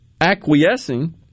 acquiescing